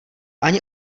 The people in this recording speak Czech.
ani